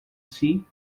see